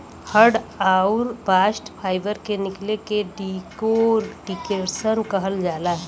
hurd आउर bast fibre के निकले के डेकोर्टिकेशन कहल जाला